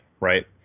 right